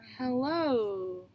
Hello